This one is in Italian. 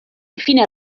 infine